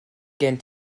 gen